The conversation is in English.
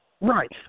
Right